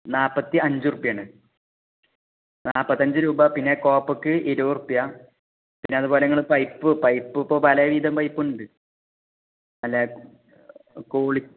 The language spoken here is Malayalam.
നാൽപ്പത്തി അഞ്ച് രൂപയാണ് നാൽപ്പത്തി അഞ്ച് രൂപ പിന്നെ കോപ്പക്ക് ഇരുപത് രൂപ പിന്നെ അതുപോലെ നിങ്ങൾ പൈപ്പ് പൈപ്പ് ഇപ്പം പലവിധം പൈപ്പ് ഉണ്ട് അല്ലേ കൂളി